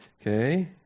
Okay